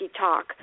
talk